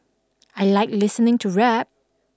I like listening to rap